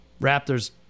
Raptors